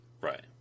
Right